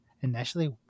initially